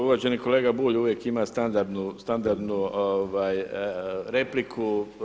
Uvaženi kolega Bulj uvijek ima standardnu repliku.